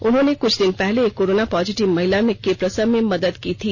उन्होंने कुछ दिन पहले एक कोरोना पॉजिटिव महिला के प्रसव में मदद की थी